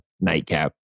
nightcap